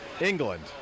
England